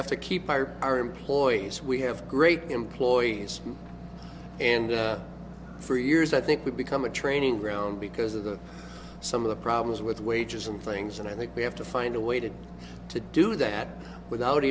have to keep our employees we have great employees and for years i think we've become a training ground because of the some of the problems with wages and things and i think we have to find a way to to do that without